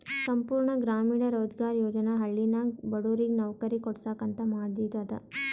ಸಂಪೂರ್ಣ ಗ್ರಾಮೀಣ ರೋಜ್ಗಾರ್ ಯೋಜನಾ ಹಳ್ಳಿನಾಗ ಬಡುರಿಗ್ ನವ್ಕರಿ ಕೊಡ್ಸಾಕ್ ಅಂತ ಮಾದಿದು ಅದ